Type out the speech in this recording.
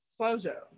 Flojo